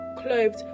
Clothed